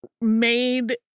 made